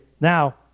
now